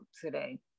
today